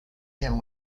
him